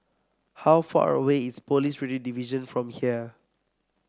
how far away is Police Radio Division from here